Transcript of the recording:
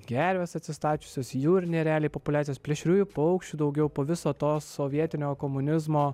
gervės atsistačiusios jūriniai ereliai populiacijos plėšriųjų paukščių daugiau po viso to sovietinio komunizmo